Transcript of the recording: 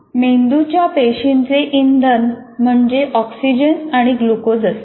मेंदूच्या पेशींचे इंधन म्हणजे ऑक्सिजन आणि ग्लुकोज असते